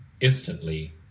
instantly